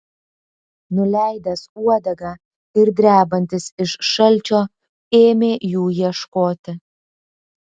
nuleidęs uodegą ir drebantis iš šalčio ėmė jų ieškoti